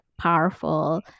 powerful